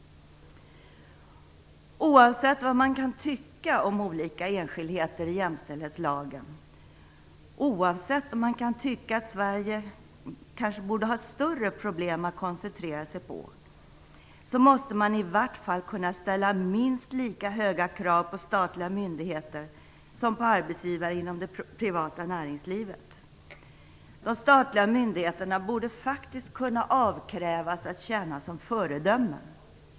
Oavsett vad man tycker om olika enskildheter i jämställdhetslagen, oavsett om man tycker att Sverige kanske borde ha större problem att koncentrera sig på, måste man i alla fall kunna ställa minst lika höga krav på statliga myndigheter som på arbetsgivare inom det privata näringslivet. De statliga myndigheterna borde faktiskt kunna avkrävas att tjäna som föredömen.